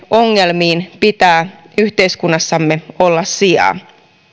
ongelmiin puuttumiseen pitää yhteiskunnassamme olla sijaa